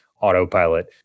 autopilot